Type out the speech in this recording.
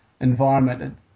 environment